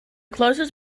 closest